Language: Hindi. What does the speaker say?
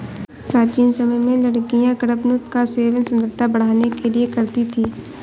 प्राचीन समय में लड़कियां कडपनुत का सेवन सुंदरता बढ़ाने के लिए करती थी